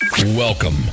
Welcome